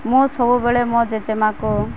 ମୁଁ ସବୁବେଳେ ମୋ ଜେଜେମାଆକୁ